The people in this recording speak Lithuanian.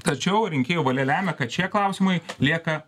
tačiau rinkėjų valia lemia kad šie klausimai lieka